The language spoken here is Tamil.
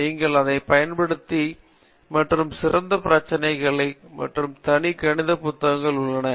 நீங்கள் அதை பயன்படுத்த மற்றும் சிறந்த பிரச்சினைகள் மற்றும் தனி கணித புத்தகங்கள் உள்ளன